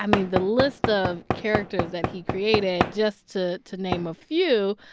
i mean, the list of characters that he created, just to to name a few,